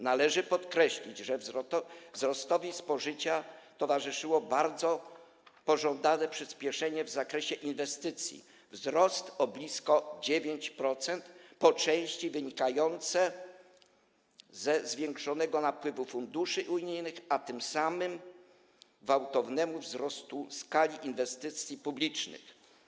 Należy podkreślić, że wzrostowi spożycia towarzyszyło bardzo pożądane przyspieszenie w zakresie inwestycji - wzrost o blisko 9%, po części wynikające ze zwiększonego napływu funduszy unijnych, a tym samym był gwałtowny wzrost skali inwestycji publicznych.